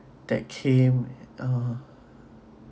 that came uh